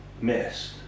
missed